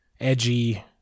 edgy